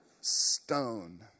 Stone